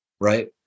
right